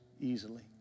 easily